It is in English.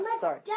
sorry